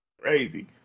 Crazy